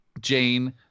Jane